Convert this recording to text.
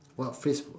what phrase